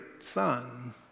son